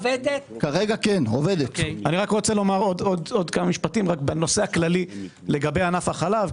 אני רק רוצה לומר עוד כמה משפטים בנושא הכללי לגבי ענף החלב,